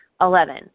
Eleven